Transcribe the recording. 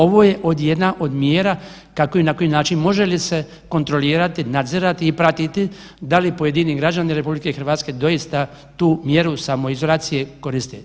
Ovo je jedna od mjera kako i na koji način i može li se kontrolirati, nadzirati i pratiti da li pojedini građani RH doista tu mjeru samoizolacije koriste.